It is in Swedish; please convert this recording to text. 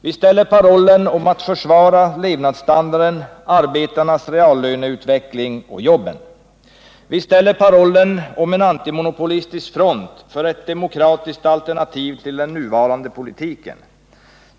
Vi ställer parollen om att försvara levnadsstandarden, arbetarnas reallöneutveckling och jobben. Vi ställer parollen om en antimonopolistisk front för ett demokratiskt alternativ till den nuvarande politiken.